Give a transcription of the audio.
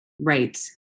Right